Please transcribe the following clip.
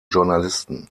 journalisten